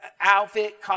outfit